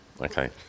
Okay